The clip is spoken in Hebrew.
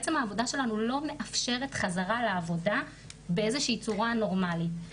בעצם העבודה שלנו לא מאפשרת חזרה לעבודה באיזושהי צורה נורמלית,